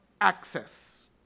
access